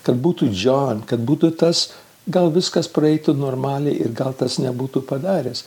kad būtų džiona kad būtų tas gal viskas praeitų normaliai ir gal tas nebūtų padaręs